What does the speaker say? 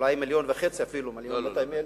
אולי מיליון וחצי אפילו, מיליון ו-200,000.